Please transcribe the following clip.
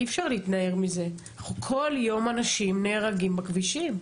אי אפשר להתנער מזה שכל יום אנשים נהרגים בכבישים.